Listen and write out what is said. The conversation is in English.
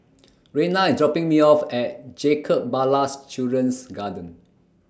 Reyna IS dropping Me off At Jacob Ballas Children's Garden